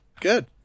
Good